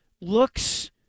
looks –